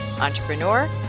entrepreneur